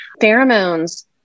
Pheromones